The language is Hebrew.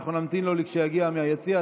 אנחנו נמתין לו שיגיע מהיציע.